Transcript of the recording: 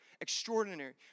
extraordinary